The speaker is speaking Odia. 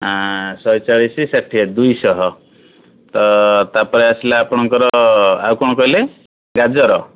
ହଁ ଶହେ ଚାଳିଶି ଷାଠିଏ ଦୁଇ ଶହ ତ ତା'ପରେ ଆସିଲା ଆପଣଙ୍କର ଆଉ କ'ଣ କହିଲେ ଗାଜର